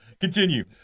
Continue